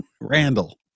Randall